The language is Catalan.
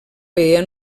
veia